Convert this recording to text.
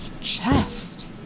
chest